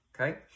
okay